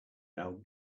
now